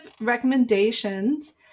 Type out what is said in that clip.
recommendations